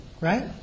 right